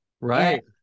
Right